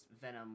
Venom